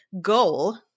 goal